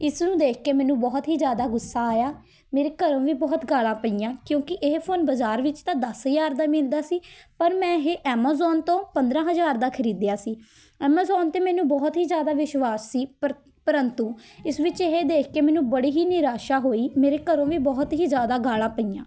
ਇਸਨੂੰ ਦੇਖ ਕੇ ਮੈਨੂੰ ਬਹੁਤ ਹੀ ਜ਼ਿਆਦਾ ਗੁੱਸਾ ਆਇਆ ਮੇਰੇ ਘਰੋਂ ਵੀ ਬਹੁਤ ਗਾਲਾਂ ਪਈਆਂ ਕਿਉਂਕਿ ਇਹ ਫ਼ੋਨ ਬਾਜ਼ਾਰ ਵਿੱਚ ਤਾਂ ਦਸ ਹਜ਼ਾਰ ਦਾ ਮਿਲਦਾ ਸੀ ਪਰ ਮੈਂ ਇਹ ਐਮਜ਼ੋਨ ਤੋਂ ਪੰਦਰਾਂ ਹਜ਼ਾਰ ਦਾ ਖਰੀਦਿਆ ਸੀ ਐਮਾਜ਼ੋਨ 'ਤੇ ਮੈਨੂੰ ਬਹੁਤ ਹੀ ਜ਼ਿਆਦਾ ਵਿਸ਼ਵਾਸ ਸੀ ਪਰ ਪਰੰਤੂ ਇਸ ਵਿੱਚ ਇਹ ਦੇਖ ਕੇ ਮੈਨੂੰ ਬੜੀ ਹੀ ਨਿਰਾਸ਼ਾ ਹੋਈ ਮੇਰੇ ਘਰੋਂ ਵੀ ਬਹੁਤ ਹੀ ਜ਼ਿਆਦਾ ਗਾਲਾਂ ਪਈਆਂ